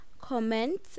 comment